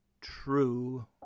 true